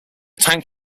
tank